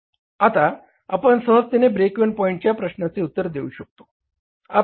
आता आपण सहजतेने ब्रेक इव्हन पॉईंटच्या प्रश्नाचे उत्तर देऊ शकतो